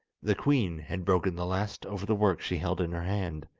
the queen had broken the last over the work she held in her hand,